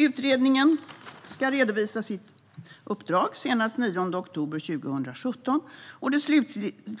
Utredningen ska redovisa sitt uppdrag senast den 9 oktober 2017. Det